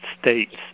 states